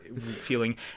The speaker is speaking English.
feeling